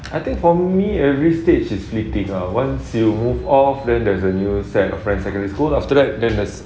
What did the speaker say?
I think for me every stage is fleeting ah once you move off then there's a new set of friends secondary school after that then there's